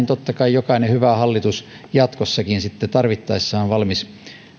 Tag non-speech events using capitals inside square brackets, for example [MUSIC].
[UNINTELLIGIBLE] totta kai jokainen hyvä hallitus jatkossakin sitten tarvittaessa on valmis